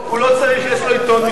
אל תדאג, הוא לא צריך, יש לו עיתון משלו.